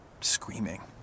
screaming